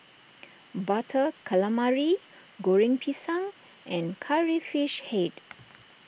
Butter Calamari Goreng Pisang and Curry Fish Head